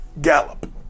gallop